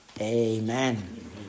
Amen